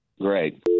great